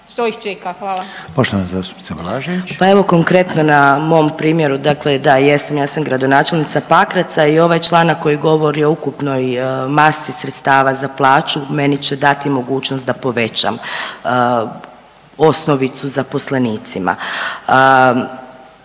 **Blažević, Anamarija (HDZ)** Pa evo konkretno na momo primjeru, da dakle ja jesam, ja sam gradonačelnica Pakraca i ovaj članak koji govori o ukupnoj masi sredstava za plaću meni će dati mogućnost da povećam osnovicu zaposlenicima.